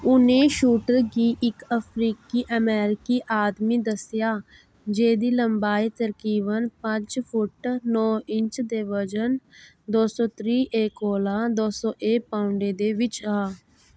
उ'नें शूटर गी इक अफ्रीकी अमेरिकी आदमी दस्सेआ जेह्दी लंबाई तरीकबन पंज फुट्ट नौ इंच ते वजन दो सौ त्रियें कोलां दो सौ पाउंडें दे बिच्च हा